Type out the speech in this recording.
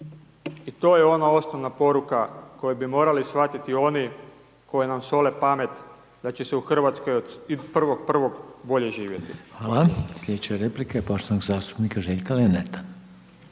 I to je ono osnovna poruka koju bi morali shvatiti oni koji nam sole pamet da će se u Hrvatskoj od 1.1. bolje živjeti. **Reiner, Željko (HDZ)** Hvala. Sljedeća replika je poštovanog zastupnika Željka Lenarta.